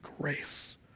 grace